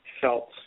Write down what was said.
felt